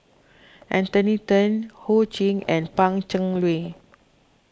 Anthony then Ho Ching and Pan Cheng Lui